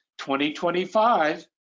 2025